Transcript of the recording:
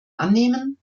annehmen